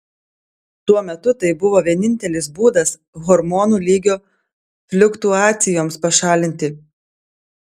tuo metu tai buvo vienintelis būdas hormonų lygio fliuktuacijoms pašalinti